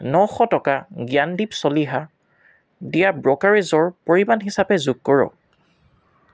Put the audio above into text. নশ টকা জ্ঞানদীপ চলিহা দিয়া ব্ৰ'কাৰেজৰ পৰিমাণ হিচাপে যোগ কৰক